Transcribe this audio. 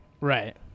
Right